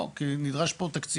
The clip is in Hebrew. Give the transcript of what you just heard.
לא, כי נדרש פה תקציבים,